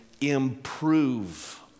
improve